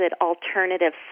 alternative